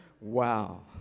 Wow